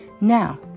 Now